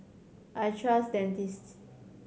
I trust Dentiste